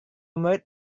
murid